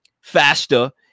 faster